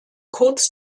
kurz